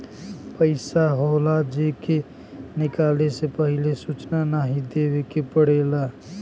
पइसा होला जे के निकाले से पहिले सूचना नाही देवे के पड़ेला